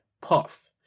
Puff